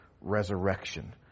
resurrection